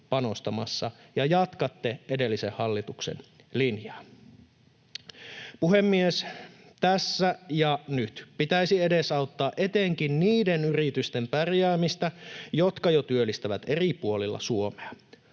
panostamassa ja jatkatte edellisen hallituksen linjaa. Puhemies! Tässä ja nyt pitäisi edesauttaa etenkin niiden yritysten pärjäämistä, jotka jo työllistävät eri puolilla Suomea,